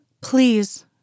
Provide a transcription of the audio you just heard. Please